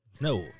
No